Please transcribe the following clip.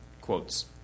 quotes